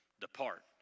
Depart